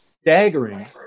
staggering